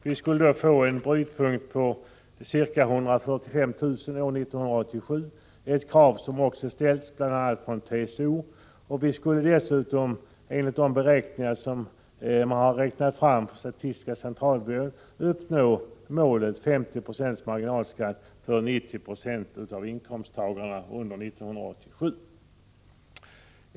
Vi skulle då få en brytpunkt på ca 145 000 år 1987, ett krav som också ställts från bl.a. TCO. Dessutom skulle vi enligt statistiska centralbyråns beräkningar uppnå målet 50 26 marginalskatt för 90 26 av inkomsttagarna under 1987.